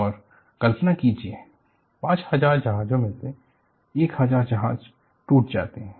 और कल्पना कीजिए 5000 जहाजों में से 1000 जहाज टूट जाते हैं